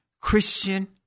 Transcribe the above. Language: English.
Christian